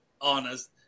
honest